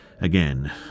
again